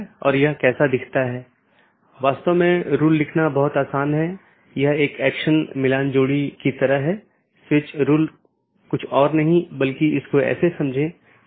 इसलिए open message दो BGP साथियों के बीच एक सेशन खोलने के लिए है दूसरा अपडेट है BGP साथियों के बीच राउटिंग जानकारी को सही अपडेट करना